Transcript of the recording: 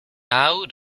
out